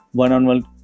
one-on-one